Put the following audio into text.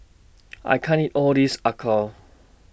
I can't eat All This Acar